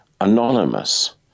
anonymous